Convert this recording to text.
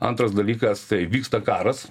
antras dalykas tai vyksta karas